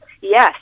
yes